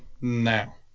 now